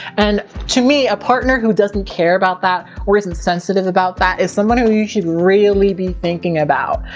and, to me, a partner who doesn't care about that or isn't sensitive about that is someone who you should really be thinking about.